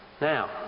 Now